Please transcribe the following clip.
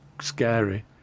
scary